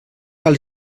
cal